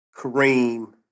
Kareem